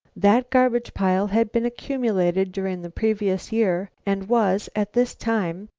that garbage pile had been accumulated during the previous year, and was, at this time,